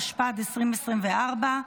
התשפ"ד 2024,